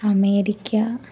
America